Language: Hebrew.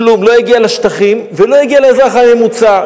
כלום, לא הגיע לשטחים ולא הגיע לאזרח הממוצע.